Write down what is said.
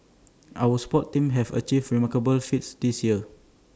our sports teams have achieved remarkable feats this year